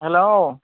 hello